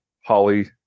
Holly